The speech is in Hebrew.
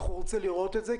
ואנחנו נרצה לראות את זה.